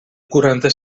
quaranta